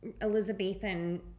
Elizabethan